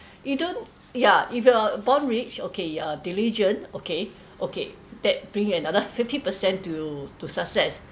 you don't yeah if you're born rich okay you're diligent okay okay that bring another fifty percent to to success